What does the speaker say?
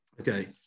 Okay